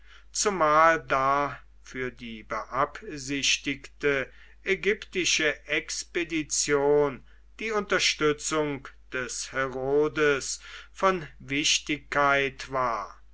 zumal da für die beabsichtigte ägyptische expedition die unterstützung des herodes von wichtigkeit war